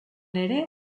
ere